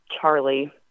Charlie